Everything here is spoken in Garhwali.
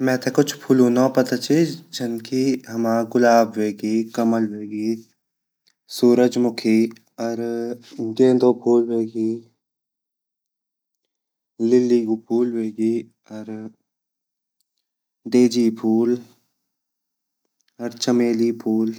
मेते कुछ फूलू नौ पता ची जनकी हमा गुलाब वेगि कमल वेगि सूरजमुखी अर गेदो फूल वेगि लिली फूल वेगि अर डेज़ी फूल अर चमेली फूल।